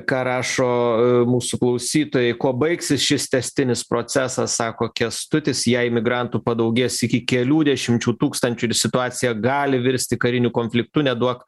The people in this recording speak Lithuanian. ką rašo mūsų klausytojai kuo baigsis šis tęstinis procesas sako kęstutis jei imigrantų padaugės iki kelių dešimčių tūkstančių ir situacija gali virsti kariniu konfliktu neduok